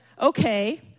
okay